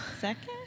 Second